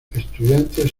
estudiantes